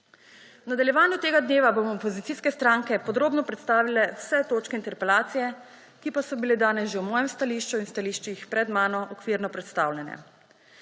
V nadaljevanju tega dnevna bomo opozicijske stranke podrobno predstavile vse točke interpelacije, ki pa so bile danes že v mojem stališču in stališčih pred mano okvirno predstavljene.